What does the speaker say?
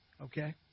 okay